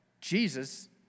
Jesus